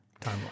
timeline